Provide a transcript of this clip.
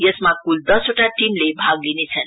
यसमा कुल दसवटा टीमले भाग लिनेछन्